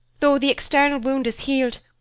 though the external wound is healed,